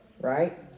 Right